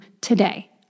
today